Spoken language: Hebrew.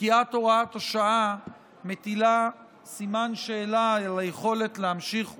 ופקיעת הוראת השעה מטילה סימן שאלה על היכולת להמשיך ולנהלם.